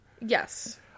Yes